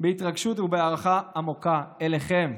בהתרגשות ובהערכה עמוקה לכם,